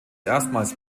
erstmals